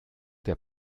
der